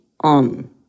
on